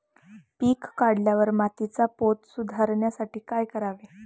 पीक काढल्यावर मातीचा पोत सुधारण्यासाठी काय करावे?